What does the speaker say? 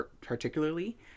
particularly